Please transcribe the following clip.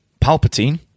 Palpatine